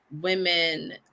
women